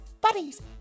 buddies